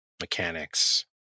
mechanics